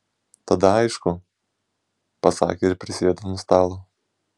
tada aišku pasakė ir prisėdo ant stalo